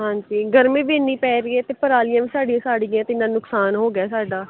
ਹਾਂਜੀ ਗਰਮੀ ਵੀ ਇੰਨੀ ਪੈ ਰਹੀ ਅਤੇ ਪਰਾਲੀਆਂ ਵੀ ਸਾਡੀਆਂ ਸੜ ਗਈਆਂ ਤੇ ਇੰਨਾ ਨੁਕਸਾਨ ਹੋ ਗਿਆ ਸਾਡਾ